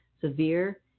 severe